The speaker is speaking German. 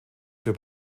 für